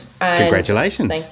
Congratulations